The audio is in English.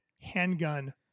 handgun